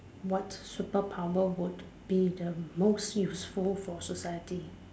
what superpower would be the most useful for society